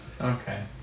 Okay